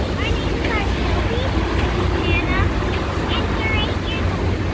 our names are sylvie. hannah and we're eight years old.